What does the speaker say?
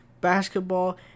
basketball